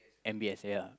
M_B_S ya